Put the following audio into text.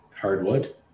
hardwood